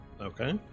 Okay